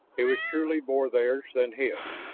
it was truly more theirs than his.